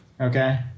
okay